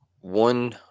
One